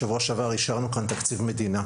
בשבוע שעבר אישרנו כאן תקציב מדינה,